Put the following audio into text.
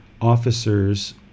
officers